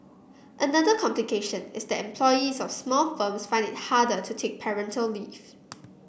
another complication is that employees of small firms find it harder to take parental leave